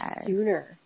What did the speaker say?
sooner